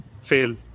fail